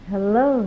Hello